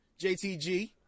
JTG